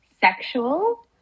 sexual